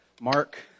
Mark